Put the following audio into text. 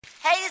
Hey